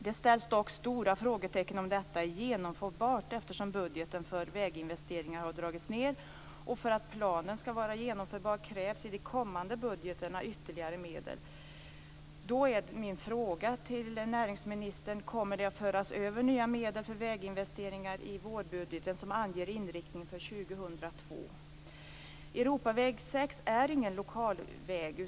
Det ställs dock stora frågetecken om detta är genomförbart eftersom budgeten för väginvesteringar har dragits ned. För att planen skall vara genomförbar krävs i de kommande budgetarna ytterligare medel. Kommer det att föras över nya medel till väginvesteringar i vårbudgeten som anger inriktning för Europaväg 6 är ingen lokalväg.